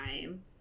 time